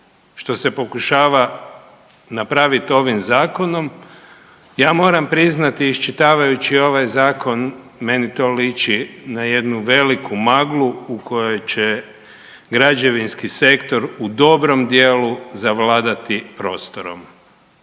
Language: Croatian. što se pokušava napraviti ovim Zakonom, ja moram priznati, iščitavajući ovaj Zakon, meni to liči na jednu veliku maglu u kojoj će građevinski sektor u dobrom dijelu zavladati prostorom.